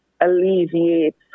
alleviates